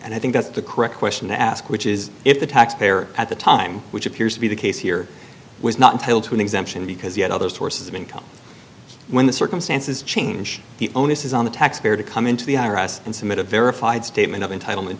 that i think that's the correct question to ask which is if the taxpayer at the time which appears to be the case here was not until to an exemption because he had other sources of income when the circumstances change the onus is on the taxpayer to come into the i r s and submitted verified statement of entitlement